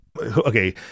okay